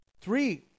three